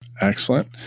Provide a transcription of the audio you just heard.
Excellent